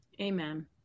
Amen